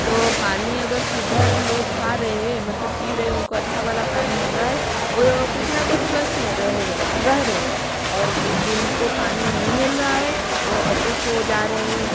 तो पानी अगर सुधर लोग खा रहे है मतलब पी रहे है उनको अच्छा वाला पानी मिल रहा है और वो कुछ ना कुछ स्वस्थ हो रह रहे रह रहे और जिनको पानी नहीं मिल रहा है वो अस्वस्थ हो जा रहे हैं